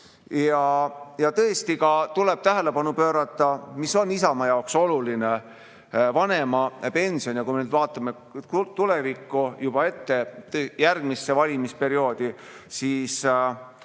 Ja tõesti, tuleb ka tähelepanu pöörata, mis on Isamaa jaoks oluline: vanemapension. Kui me nüüd vaatame tulevikku, juba ette järgmisse valimisperioodi, siis